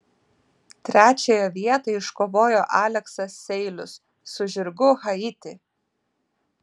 trečiąją vietą iškovojo aleksas seilius su žirgu haiti